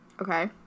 okay